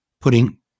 putting